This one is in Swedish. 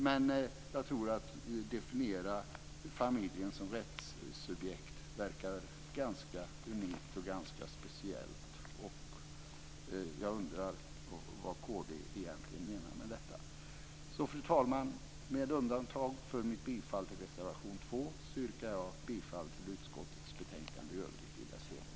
Men att definiera familjen som rättssubjekt verkar ganska unikt och ganska speciellt. Jag undrar vad kd egentligen menar med detta. Fru talman! Med undantag för mitt bifall till reservation 2 yrkar jag i övrigt bifall till utskottets hemställan i betänkandet i dess helhet.